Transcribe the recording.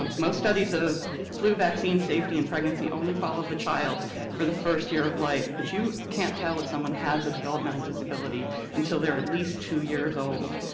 um most studies of flu vaccine safety and pregnancy only follow the child for the first year of life, but you can't tell if someone has a developmental disability until they're at least two years old.